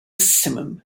simum